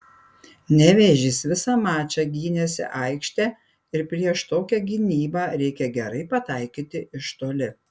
nevėžis visą mačą gynėsi aikšte ir prieš tokią gynybą reikia gerai pataikyti iš toli